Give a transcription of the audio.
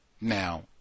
Now